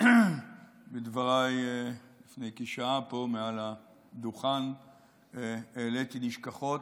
בדבריי לפני כשעה פה מעל הדוכן העליתי נשכחות,